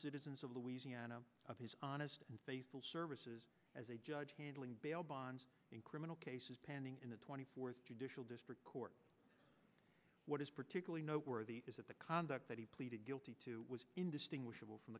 citizens of the of his honest and faithful services as a judge handling bail bonds in criminal cases pending in the twenty fourth traditional district court what is particularly noteworthy is that the conduct that he pleaded guilty to was indistinguishable from